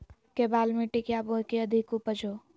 केबाल मिट्टी क्या बोए की अधिक उपज हो?